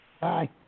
Bye